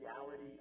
reality